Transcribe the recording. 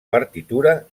partitura